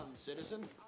Citizen